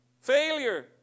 Failure